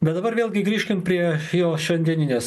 bet dabar vėlgi grįžkim prie jo šiandieninės